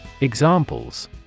Examples